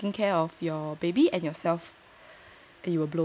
just focus on taking care of your baby and yourself and it will blow over yeah